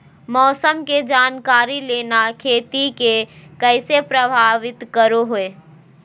मौसम के जानकारी लेना खेती के कैसे प्रभावित करो है?